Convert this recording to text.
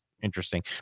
interesting